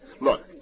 Look